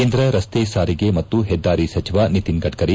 ಕೇಂದ್ರ ರತ್ತೆ ಸಾರಿಗೆ ಮತ್ತು ಪೆದ್ದಾರಿ ಸಚಿವ ನಿತಿನ್ ಗಡ್ಡರಿ